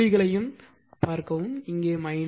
இரண்டு புள்ளிகளையும் காண்க இங்கே